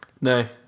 No